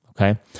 Okay